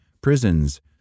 prisons